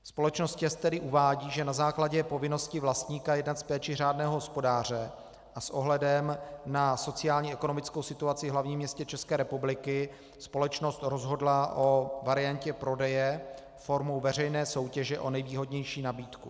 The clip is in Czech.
Společnost ČEZ tedy uvádí, že na základě povinnosti vlastníka jednat s péčí řádného hospodáře a s ohledem na sociálně ekonomickou situaci v hlavním městě České republiky společnost rozhodla o variantě prodeje formou veřejné soutěže o nejvýhodnější nabídku.